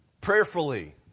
prayerfully